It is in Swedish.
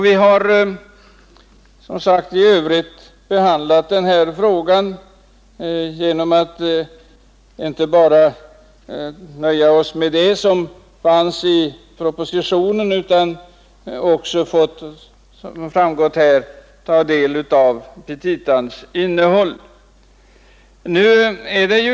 Vi har som sagt vid behandlingen av denna fråga inte bara nöjt oss med att studera propositionen utan har också, som framgått, tagit del av petitans innehåll.